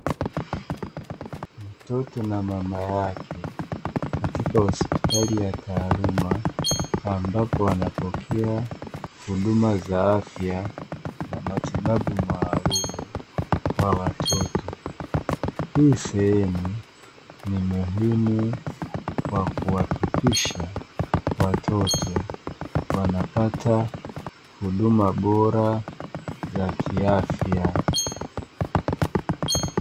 Mtoto na mama yake katika hospitali ya taaluma ambapo anapokea huduma za afya na matibabu maalumu kwa watoto, hii sehemu ni muhimu kwa kuhakikisha watoto wanapata huduma bora za kiafya.